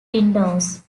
windows